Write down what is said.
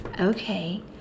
Okay